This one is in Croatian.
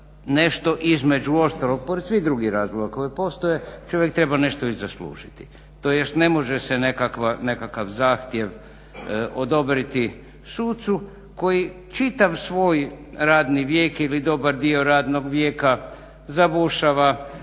nešto između oštro pored svih drugih razloga koji postoje. Čovjek treba nešto i zaslužiti, tj. ne može se nekakav zahtjev odobriti sucu koji čitav svoj radni vijek ili dobar dio radnog vijeka zabušava,